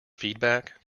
feedback